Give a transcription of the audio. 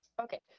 Okay